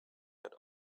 had